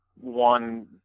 one